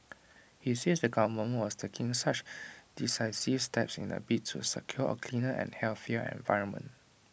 he says the government was taking such decisive steps in A bid to secure A cleaner and healthier environment